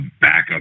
backup